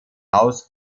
haus